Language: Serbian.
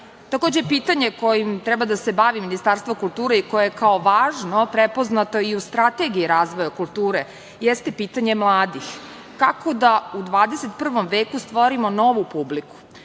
pitanje kojim treba da se bavi Ministarstvo kulture i koje je kao važno prepoznato i u strategiji razvoja kulture, jeste pitanje mladih, kako da u 21. veku stvorimo novu publiku,